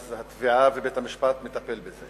אז התביעה ובית-המשפט מטפלים בזה,